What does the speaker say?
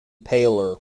paler